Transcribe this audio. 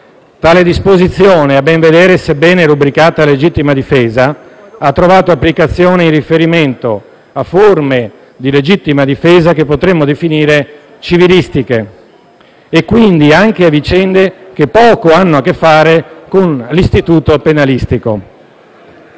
Tale disposizione, a ben vedere, sebbene rubricata a legittima difesa, ha trovato applicazione in riferimento a forme di legittima difesa che potremmo definire civilistiche e quindi anche a vicende che poco hanno a che fare con l'istituto penalistico.